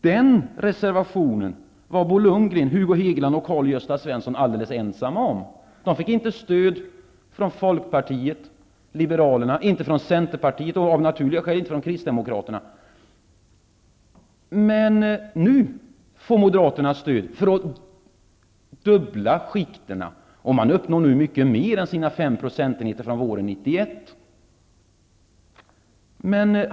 Den reservationen var Bo Svenson helt ensamma om. De fick inte stöd från Folkpartiet liberalerna, Centern och av naturliga skäl inte från Kristdemokraterna. Nu får Moderaterna stöd för att dubbla skikten. Man uppnår nu mycket mer än de fem procentenheterna från våren 1991.